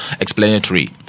explanatory